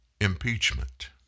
impeachment